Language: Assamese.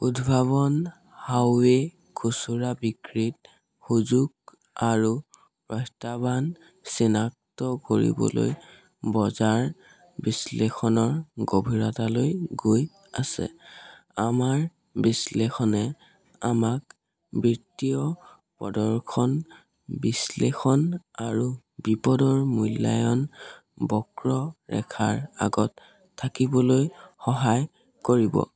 উদ্ভাৱন হাৱে খুচুৰা বিক্ৰীত সুযোগ আৰু প্ৰত্যাহ্বান চিনাক্ত কৰিবলৈ বজাৰ বিশ্লেষণৰ গভীৰতালৈ গৈ আছে আমাৰ বিশ্লেষণে আমাক বিত্তীয় প্ৰদৰ্শন বিশ্লেষণ আৰু বিপদৰ মূল্যায়ন বক্ৰ ৰেখাৰ আগত থাকিবলৈ সহায় কৰিব